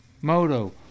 Moto